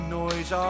noise